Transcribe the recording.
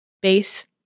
base